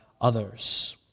others